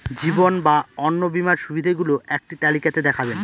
জীবন বা অন্ন বীমার সুবিধে গুলো একটি তালিকা তে দেখাবেন?